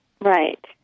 Right